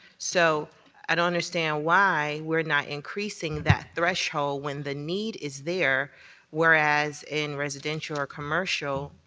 so i don't understand why we're not increasing that threshold when the need is there whereas, in residential or commercial,